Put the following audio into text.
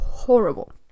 horrible